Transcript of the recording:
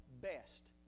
best